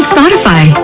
Spotify